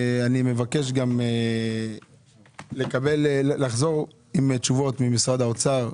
אני מבקש גם לחזור עם תשובות ממשרד האוצר,